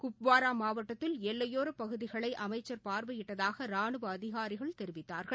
குப்வாரா மாவட்டத்தில் எல்லையோரப் பகுதிகளை அமைச்சர் பார்வையிட்டதாக ராணுவ அதிகாரிகள் தெரிவித்தாா்கள்